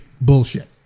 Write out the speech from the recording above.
bullshit